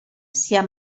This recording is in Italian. sia